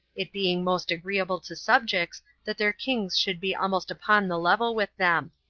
it being most agreeable to subjects that their kings should be almost upon the level with them.